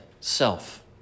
self